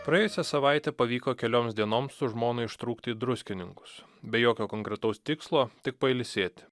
praėjusią savaitę pavyko kelioms dienoms su žmona ištrūkti į druskininkus be jokio konkretaus tikslo tik pailsėt